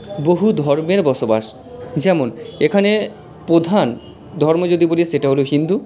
বহু ধর্মের বসবাস যেমন এখানে প্রধান ধর্ম যদি বলি সেটা হলো হিন্দু